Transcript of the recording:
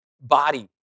body